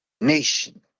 nation